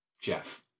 Jeff